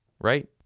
right